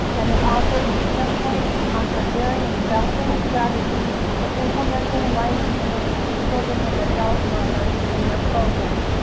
and it offers templates on preparing and developing a strategy for implementing language learning for children and adult learners in your program.